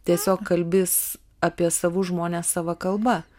tiesiog kalbi apie savus žmones sava kalba